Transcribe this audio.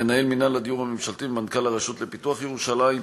מנהל מינהל הדיור הממשלתי ומנכ"ל הרשות לפיתוח ירושלים.